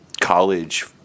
college